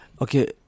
Okay